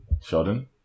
Sheldon